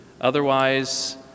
Otherwise